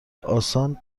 آسان